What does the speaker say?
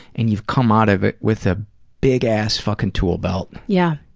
and you've come out of it with a big-ass fuckin' tool belt. yeah.